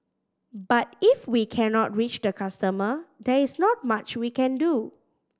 but if we cannot reach the customer there is not much we can do